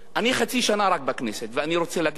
אני רק חצי שנה בכנסת ואני רוצה להגיד לך,